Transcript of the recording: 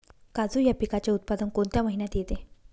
काजू या पिकाचे उत्पादन कोणत्या महिन्यात येते?